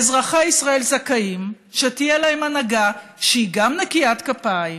אזרחי ישראל זכאים שתהיה להם הנהגה שהיא גם נקיית כפיים,